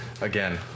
again